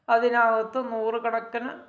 അതിനകത്ത് നൂറ് കണക്കിന്